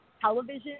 television